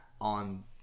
on